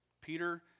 Peter